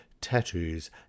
tattoos